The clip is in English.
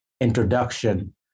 introduction